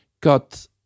got